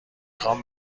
خوام